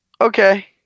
Okay